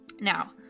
Now